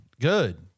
good